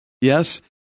Yes